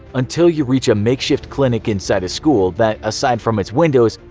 until you reach a makeshift clinic inside a school that, aside from its windows,